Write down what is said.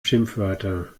schimpfwörter